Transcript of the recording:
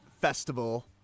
Festival